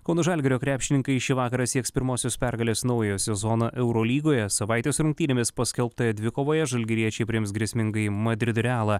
kauno žalgirio krepšininkai šį vakarą sieks pirmosios pergalės naujojo sezono eurolygoje savaitės rungtynėmis paskelbtoje dvikovoje žalgiriečiai priims grėsmingąjį madrido realą